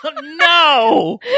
no